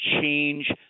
change